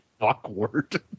awkward